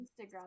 Instagram